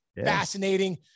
fascinating